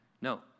No